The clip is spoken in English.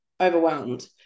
overwhelmed